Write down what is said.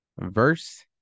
verse